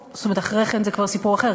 אחרי כן זה כבר סיפור אחר,